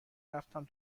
رفتم